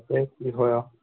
তাকে কি হয় আৰু